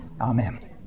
Amen